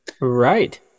Right